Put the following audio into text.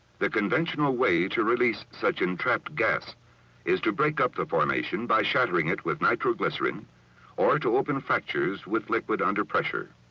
the conventional way to release such entrapped gas is to break up the formation by shattering it with nitroglycerin or to open fractures with liquid under pressure.